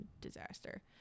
disaster